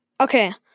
Okay